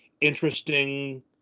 interesting